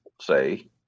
say